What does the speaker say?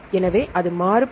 எனவே அது மாறுபடும்